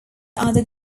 other